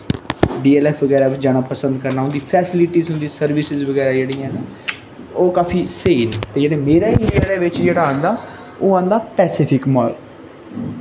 D L F बगैरा च जाना पसंद करना उं'दी फैसलिटी उं'दी सर्विसिस बगैरा जेह्ड़ियां ऐ ओह् काफी स्हेई न ते ते जेह्ड़ा मेरै एरिये दे बिच्च जेह्ड़ा आंदा ओह् आंदा पैसिफिक मॉल